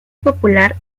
popular